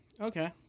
Okay